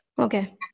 Okay